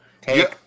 Take